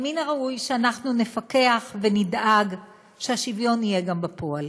אבל מן הראוי שאנחנו נפקח ונדאג שהשוויון יהיה גם בפועל.